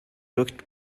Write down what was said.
looked